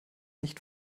nicht